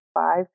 five